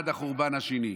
עד החורבן השני.